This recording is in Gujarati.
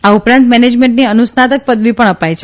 આ ઉપરાંત મેનેજમેન્ટની અનુસ્નાતક પદવી પણ અપાય છે